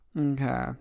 okay